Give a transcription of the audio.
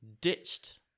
ditched